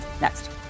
next